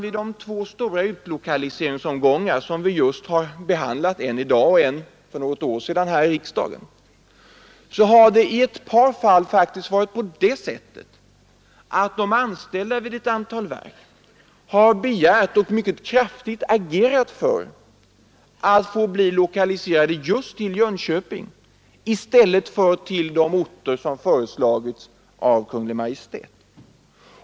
I de två stora utlokaliseringsomgångar som vi har behandlat här i riksdagen — den ena för något år sedan och den andra i dag — har det i ett par fall faktiskt varit på det sättet, att de anställda i ett antal verk har begärt och mycket kraftigt agerat för att få bli lokaliserade just till Jönköping i stället för till de orter som föreslagits av Kungl. Maj:t.